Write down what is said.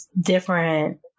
different